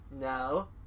no